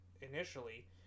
initially